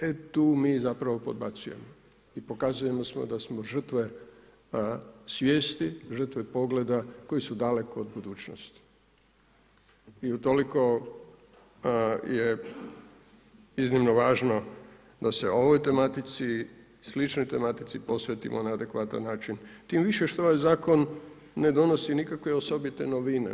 E, tu mi zapravo podbacujemo i pokazujemo da smo žrtve svijesti, žrtve pogleda koji su daleko od budućnosti i utoliko je iznimno važno da se o ovom tematici, sličnoj tematici posvetimo na adekvatan način, tim više što ovaj Zakon ne donosi nikakve osobite novine.